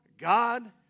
God